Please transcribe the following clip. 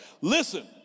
Listen